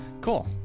cool